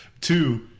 Two